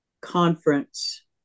conference